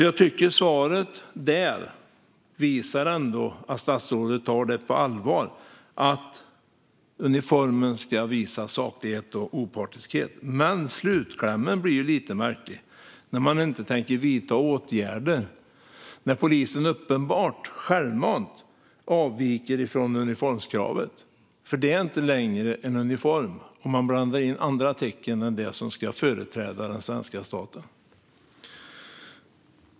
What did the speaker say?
Jag tycker att svaret ändå visar att statsrådet tar frågan på allvar när det gäller att uniformen ska visa saklighet och opartiskhet. Men slutklämmen blir lite märklig: Man tänker inte vidta några åtgärder när polisen uppenbart självmant avviker från uniformskravet - för det är inte längre en uniform om man blandar in andra tecken än dem som ska företräda den svenska staten.